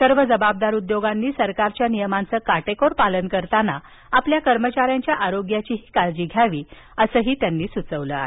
सर्व जबाबदार उद्योगांनी सरकारच्या नियमांचं काटेकोर पालन करताना आपल्या कर्मचाऱ्यांच्या आरोग्याची काळजी घ्यावीअसंही त्यांनी सांगितलं आहे